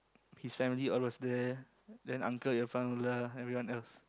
his family all was there then uncle Irfan everyone else